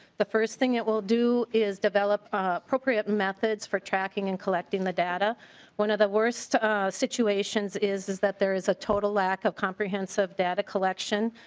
the first thing it will do is develop an appropriate methods for tracking and collecting the data one of the worst situations is is that there is a total lack of comprehensive data collection.